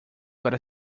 para